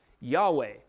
Yahweh